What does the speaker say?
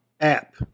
app